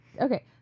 Okay